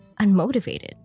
unmotivated